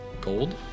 gold